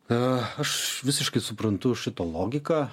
ką aš visiškai suprantu šitą logiką